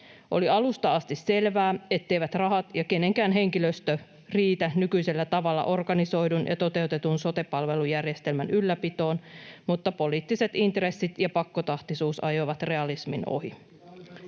Oli alusta asti selvää, etteivät rahat ja kenenkään henkilöstö riitä nykyisellä tavalla organisoidun ja toteutetun sote-palvelujärjestelmän ylläpitoon, mutta poliittiset intressit ja pakkotahtisuus ajoivat realismin ohi.